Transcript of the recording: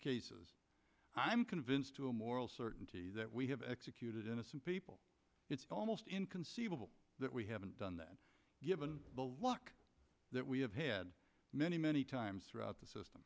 cases i'm convinced to a moral certainty that we have executed innocent people it's almost inconceivable that we haven't done that given the luck that we have had many many times throughout the system